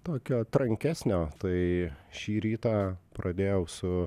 tokio trankesnio tai šį rytą pradėjau su